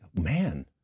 man